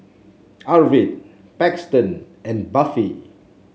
Arvid Paxton and Buffy